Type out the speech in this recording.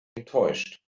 enttäuscht